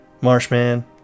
Marshman